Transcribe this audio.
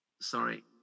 Sorry